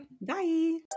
Bye